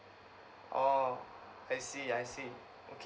orh I see I see okay